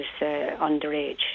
underage